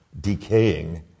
decaying